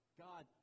God